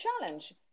challenge